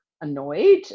annoyed